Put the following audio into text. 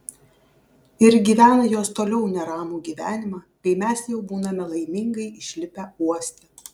ir gyvena jos toliau neramų gyvenimą kai mes jau būname laimingai išlipę uoste